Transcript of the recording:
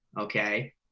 okay